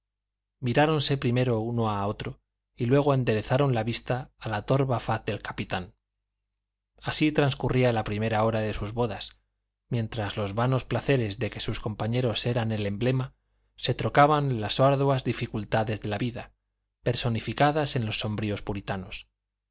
miráronse primero uno a otro y luego enderezaron la vista a la torva faz del capitán así transcurría la primera hora de sus bodas mientras los vanos placeres de que sus compañeros eran el emblema se trocaban en las arduas dificultades de la vida personificadas en los sombríos puritanos